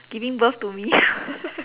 giving birth to me